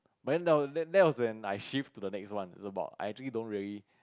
but then that was that was when I shift to the next one it's about I actually don't really